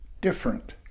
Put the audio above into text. different